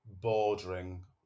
bordering